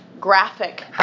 graphic